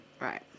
Right